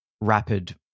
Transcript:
rapid